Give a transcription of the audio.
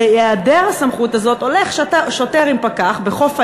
בהיעדר הסמכות הזאת הולך שוטר עם פקח בחוף הים,